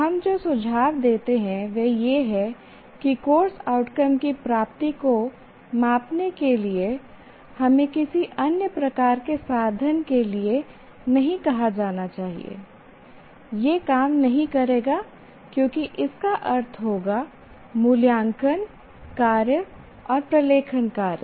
हम जो सुझाव देते हैं वह यह है कि कोर्स आउटकम की प्राप्ति को मापने के लिए हमें किसी अन्य प्रकार के साधन के लिए नहीं कहा जाना चाहिए यह काम नहीं करेगा क्योंकि इसका अर्थ होगा मूल्यांकन कार्य और प्रलेखन कार्य